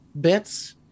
bits